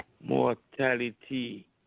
Mortality